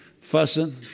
fussing